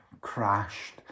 crashed